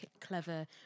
clever